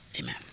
Amen